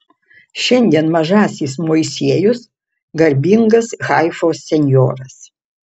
šiandien mažasis moisiejus garbingas haifos senjoras